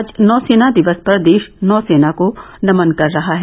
आज नौसेना दिवस पर देश नौसेना को नमन कर रहा है